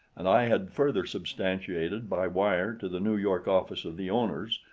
and i had further substantiated by wire to the new york office of the owners,